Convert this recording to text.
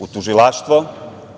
u Tužilaštvo.